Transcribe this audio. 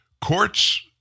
courts